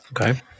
Okay